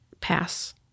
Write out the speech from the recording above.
pass